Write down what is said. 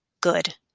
good